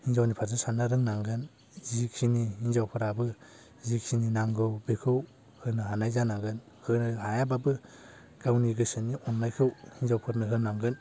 हिनजावनि फारसे साननो रोंनांगोन जिखिनि हिनजावफोराबो जिखिनि नांगौ बेखौ होनो हानाय जानांगोन होनो हायाबाबो गावनि गोसोनि अननायखौ हिनजावफोरनो होनांगोन